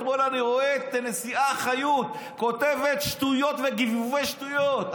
אתמול אני רואה את הנשיאה חיות כותבת שטויות וגיבובי שטויות.